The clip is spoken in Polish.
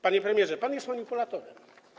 Panie premierze, pan jest manipulatorem.